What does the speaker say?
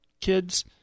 kids